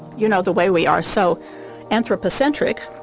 you know, the way we are, so anthropocentric.